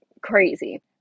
crazy